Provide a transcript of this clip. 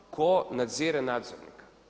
Tko nadzire nadzornika?